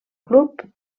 club